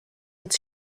its